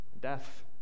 death